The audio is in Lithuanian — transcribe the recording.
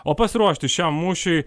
o pasiruošti šiam mūšiui